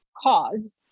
cause